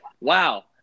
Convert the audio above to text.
Wow